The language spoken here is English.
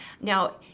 now